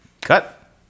Cut